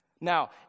Now